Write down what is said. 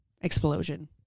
explosion